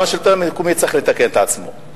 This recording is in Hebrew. גם השלטון המקומי צריך לתקן את עצמו,